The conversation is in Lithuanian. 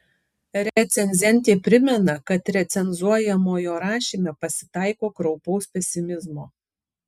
recenzentė primena kad recenzuojamojo rašyme pasitaiko kraupaus pesimizmo